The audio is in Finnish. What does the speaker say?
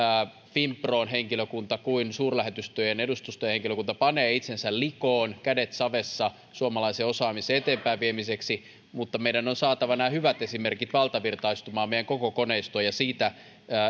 finpron henkilökunta kuin suurlähetystöjen edustustohenkilökunta panee itsensä likoon kädet savessa suomalaisen osaamisen eteenpäinviemiseksi mutta meidän on saatava nämä hyvät esimerkit valtavirtaistumaan meidän koko koneistomme ja siitä